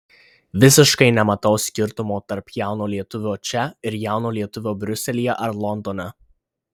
visiškai nematau skirtumo tarp jauno lietuvio čia ir jauno lietuvio briuselyje ar londone